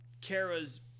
Kara's